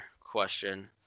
question